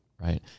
right